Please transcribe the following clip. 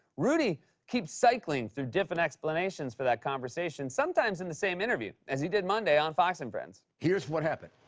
rudy keeps cycling through different explanations for that conversation, sometimes in the same interview as he did monday on fox and friends. here's what happened.